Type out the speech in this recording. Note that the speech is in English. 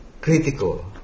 critical